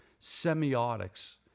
semiotics